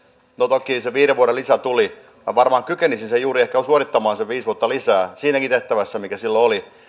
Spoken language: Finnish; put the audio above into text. no toki se viiden vuoden lisä tuli varmaan kykenisin juuri sen viisi vuotta lisää ehkä suorittamaan siinäkin tehtävässä mikä silloin oli